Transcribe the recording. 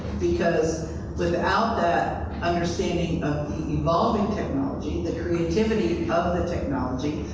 because without that understanding of the evolving technology, the creativity of of the technology,